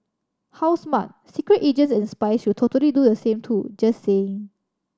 how smart secret agents and spies should totally do the same too just saying